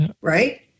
right